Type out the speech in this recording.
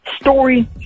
story